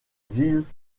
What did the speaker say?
visent